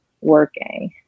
working